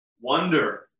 wonder